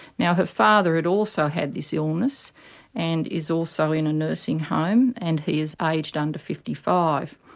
now her father had also had this illness and is also in a nursing home and he is aged under fifty five.